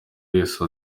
wese